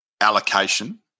allocation